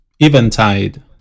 Eventide